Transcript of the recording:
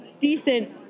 decent